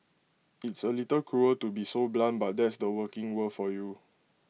it's A little cruel to be so blunt but that's the working world for you